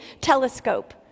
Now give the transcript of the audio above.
telescope